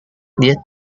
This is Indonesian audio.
dia